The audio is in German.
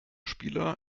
spieler